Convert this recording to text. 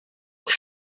leur